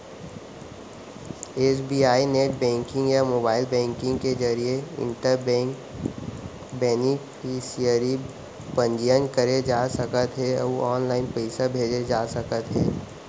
SBI net banking या mobile banking के जरिए इंटर बेंक बेनिफिसियरी पंजीयन करे जा सकत हे अउ ऑनलाइन पइसा भेजे जा सकत हे